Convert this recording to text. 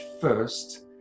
first